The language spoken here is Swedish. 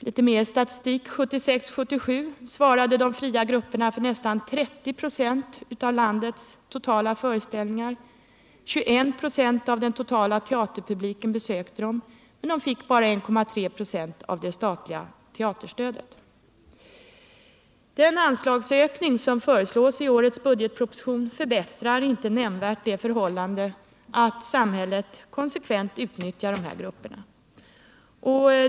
Litet mer statistik: 1976/77 svarade de fria grupperna för nästan 30 96 av landets totala föreställningar. 21 96 av den totala teaterpubliken besökte dem, men de fick bara 1,3 96 av det statliga teaterstödet. Den anslagsökning som föreslås i årets budgetproposition förbättrar inte nämnvärt det förhållandet att samhället på detta sätt konsekvent utnyttjar dessa grupper.